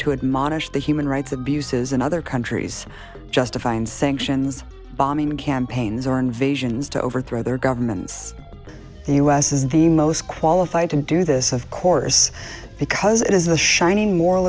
admonish the human rights abuses in other countries justifying sanctions bombing campaigns or invasions to overthrow their governments the us is the most qualified to do this of course because it is a shining moral